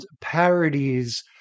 parodies